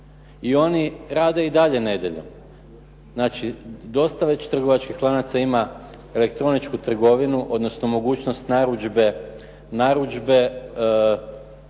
i oni rade i dalje nedjeljom. Znači, dosta već trgovačkih lanaca ima elektroničku trgovinu odnosno mogućnost narudžbe roba